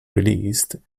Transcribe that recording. released